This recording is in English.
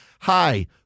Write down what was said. Hi